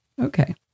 Okay